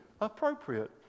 appropriate